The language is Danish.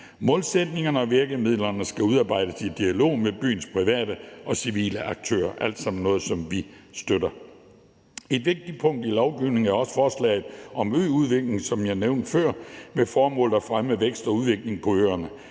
Målsætningerne og virkemidlerne skal udarbejdes i dialog med byens private og civile aktører. Det er alt sammen noget, som vi støtter. Et vigtigt punkt i lovgivningen er også forslaget om øudvikling, som jeg nævnte før, med det formål at fremme vækst og udvikling på øerne.